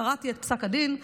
קראתי את פסק הדין,